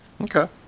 Okay